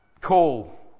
call